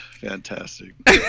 Fantastic